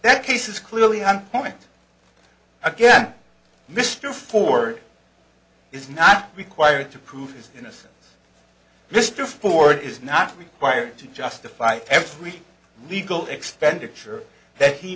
that case is clearly on point again mr ford is not required to prove his innocence mr ford is not required to justify every legal expenditure that he